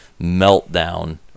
meltdown